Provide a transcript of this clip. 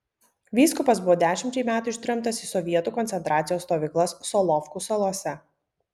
vyskupas buvo dešimčiai metų ištremtas į sovietų koncentracijos stovyklas solovkų salose